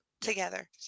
together